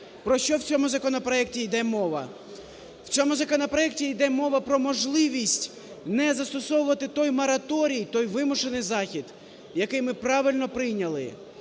Про що в цьому законопроекті йде мова? В цьому законопроекті йде мова про можливість не застосовувати той мораторій, той вимушений захід, який ми правильно прийняли,